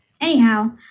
Anyhow